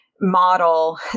model